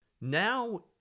Now